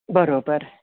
बरोबर